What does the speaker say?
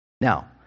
Now